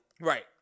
right